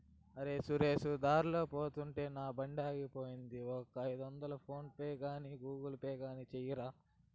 అరే, నరేసు దార్లో పోతుంటే నా బండాగిపోయింది, ఒక ఐదొందలు ఫోన్ పే గాని గూగుల్ పే గాని సెయ్యరా